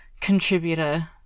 contributor